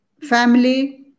family